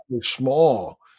small